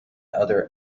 other